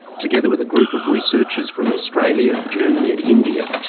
together with a group of researchers from australia, germany and india,